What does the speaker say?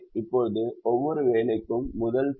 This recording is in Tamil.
இப்போது ஒவ்வொரு வேலைக்கும் முதல் தடை